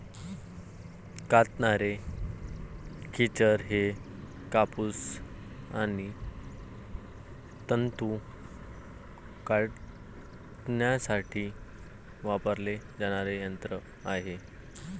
कातणारे खेचर हे कापूस आणि तंतू कातण्यासाठी वापरले जाणारे यंत्र आहे